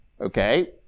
okay